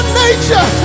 nature